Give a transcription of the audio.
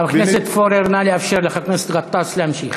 חבר הכנסת פורר, נא לאפשר לחבר הכנסת גטאס להמשיך.